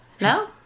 No